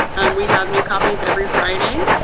we have new copies every friday.